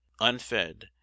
unfed